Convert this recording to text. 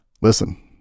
Listen